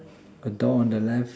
a door on the left